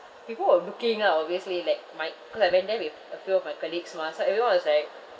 people were looking ah obviously like might cause I went there with a few of my colleagues mah so everyone was like